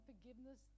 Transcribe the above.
forgiveness